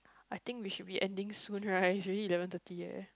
I think we should be ending soon right it's already eleven thirty leh